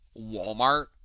Walmart